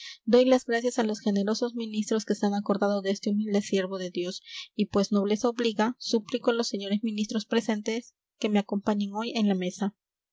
doy las gracias a los generosos ministros que se han acordado de este humilde siervo de dios y pues nobleza obliga suplico a los señores ministros presentes que me acompañen hoy a la mesa